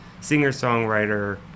singer-songwriter